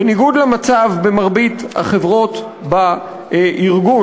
בניגוד למצב במרבית החברות בארגון,